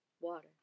water